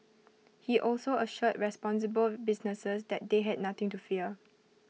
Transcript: he also assured responsible businesses that they had nothing to fear